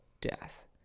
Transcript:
death